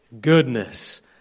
Goodness